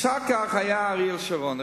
אחר כך היה אריאל שרון.